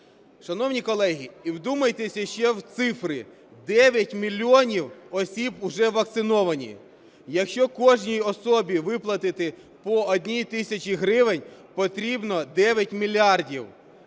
Шановні колеги, і вдумайтесь ще в цифри. 9 мільйонів осіб уже вакциновані. Якщо кожній особі виплатити по 1 тисячі гривень, потрібно 9 мільярдів.